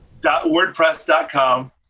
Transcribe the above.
WordPress.com